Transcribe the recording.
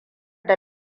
da